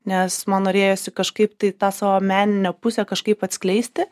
nes man norėjosi kažkaip tai tą savo meninę pusę kažkaip atskleisti